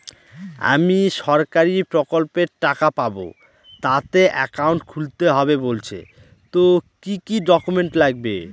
আমি সরকারি প্রকল্পের টাকা পাবো তাতে একাউন্ট খুলতে হবে বলছে তো কি কী ডকুমেন্ট লাগবে?